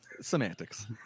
Semantics